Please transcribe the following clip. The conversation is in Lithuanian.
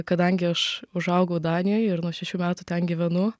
kadangi aš užaugau danijoj ir nuo šešių metų ten gyvenu